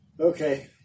Okay